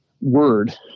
word